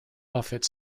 buffet